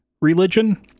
religion